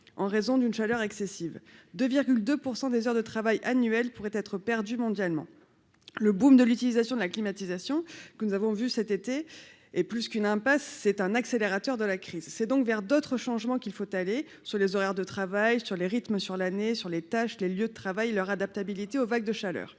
en raison d'une chaleur excessive de 2 pour 100 des heures de travail annuel pourrait être perdus mondialement le boum de l'utilisation de la climatisation que nous avons vu cet été et plus qu'une impasse c'est un accélérateur de la crise, c'est donc vers d'autres changements qu'il faut aller sur les horaires de travail sur les rythmes, sur l'année sur les tâches, les lieux de travail leur adaptabilité aux vagues de chaleur